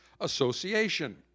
Association